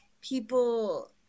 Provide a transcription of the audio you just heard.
people